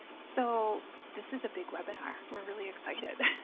so this is a big webinar, we're really excited.